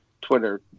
Twitter